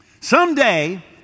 Someday